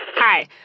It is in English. Hi